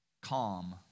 calm